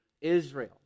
Israel